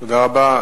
תודה רבה.